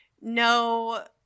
no